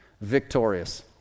victorious